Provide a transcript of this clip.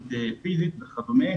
התעללות פיזית וכדומה.